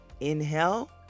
Inhale